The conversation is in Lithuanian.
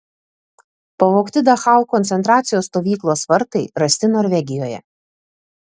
pavogti dachau koncentracijos stovyklos vartai rasti norvegijoje